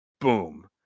Boom